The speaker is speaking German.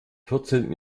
vierzehnten